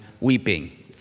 weeping